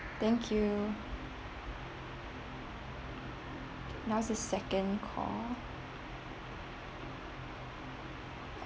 thank you now is the second call